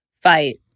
fight